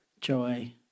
joy